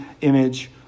image